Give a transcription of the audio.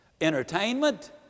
entertainment